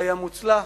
היה מוצלח.